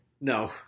No